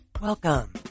Welcome